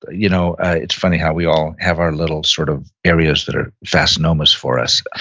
you know ah it's funny how we all have our little sort of areas that are fascinomas for us.